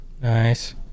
nice